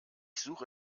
suche